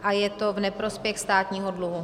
A je to v neprospěch státního dluhu.